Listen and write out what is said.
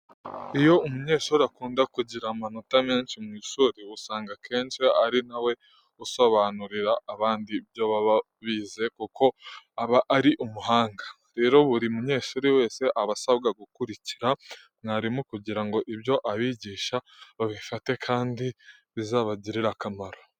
Iyo umunyeshuri akunda kugira amanota menshi mu ishuri, usanga akenshi ari na we usobanurira abandi ibyo baba bize kuko aba ari umuhanga. Rero buri munyeshuri wese aba asabwa gukurikira mwarimu kugira ngo ibyo abigisha babifate, kandi bizabagirire akamaro.